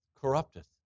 corrupteth